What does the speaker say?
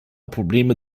probleme